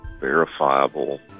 verifiable